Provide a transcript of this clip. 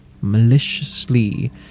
maliciously